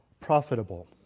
profitable